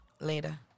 Later